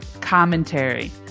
commentary